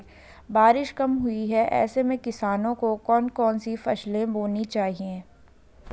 बारिश कम हुई है ऐसे में किसानों को कौन कौन सी फसलें बोनी चाहिए?